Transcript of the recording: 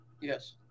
yes